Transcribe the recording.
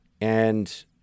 and-